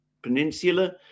peninsula